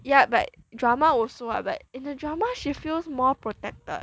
ya but drama also lah but in the drama she feels more protected